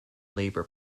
labour